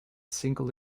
single